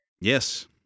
Yes